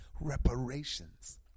reparations